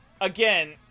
Again